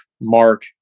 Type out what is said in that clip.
Mark